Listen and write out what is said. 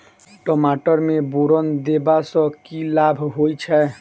टमाटर मे बोरन देबा सँ की लाभ होइ छैय?